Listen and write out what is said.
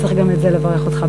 וצריך גם על זה לברך אותך,